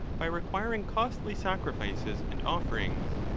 by requiring costly sacrifices and offerings.